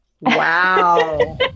Wow